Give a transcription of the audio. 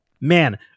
man